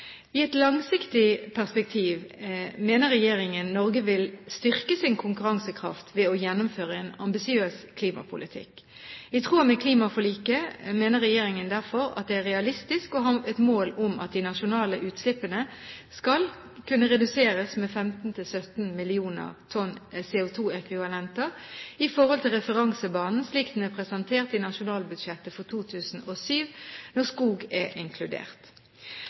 I et langsiktig perspektiv mener regjeringen at Norge vil styrke sin konkurransekraft ved å gjennomføre en ambisiøs klimapolitikk. I tråd med klimaforliket mener regjeringen derfor at det er realistisk å ha et mål om at de nasjonale utslippene skal kunne reduseres med 15–17 mill. tonn CO2-ekvivalenter i forhold til referansebanen slik den er presentert i nasjonalbudsjettet for 2007, når skog er inkludert.